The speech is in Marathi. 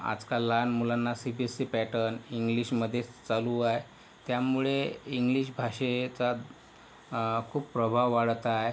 आजकाल लहान मुलांना C B S E pattern इंग्लिशमध्येच चालू आहे त्यामुळे इंग्लिश भाषेचा खूप प्रभाव वाढत आहे